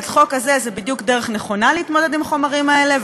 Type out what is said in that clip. החוק הזה הוא בדיוק דרך נכונה להתמודד עם החומרים האלה,